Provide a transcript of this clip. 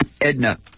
Edna